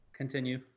continue